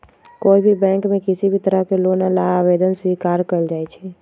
कोई भी बैंक में किसी भी तरह के लोन ला आवेदन स्वीकार्य कइल जाहई